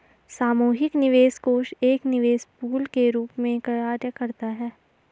सामूहिक निवेश कोष एक निवेश पूल के रूप में कार्य करता है